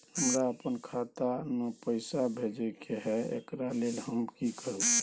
हमरा अपन खाता में पैसा भेजय के है, एकरा लेल हम की करू?